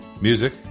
music